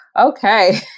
Okay